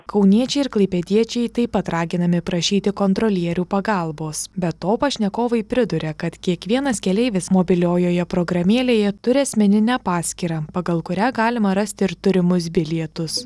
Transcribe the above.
kauniečiai ir klaipėdiečiai taip pat raginami prašyti kontrolierių pagalbos be to pašnekovai priduria kad kiekvienas keleivis mobiliojoje programėlėje turi asmeninę paskyrą pagal kurią galima rasti ir turimus bilietus